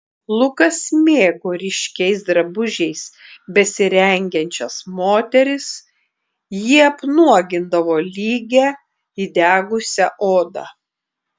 lukas mėgo ryškiais drabužiais besirengiančias moteris jie apnuogindavo lygią įdegusią odą